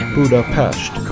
Budapest